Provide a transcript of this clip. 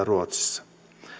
ruotsissa